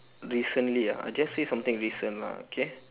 recently ah I just say something lah okay